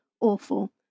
awful